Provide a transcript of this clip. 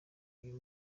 uyu